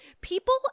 people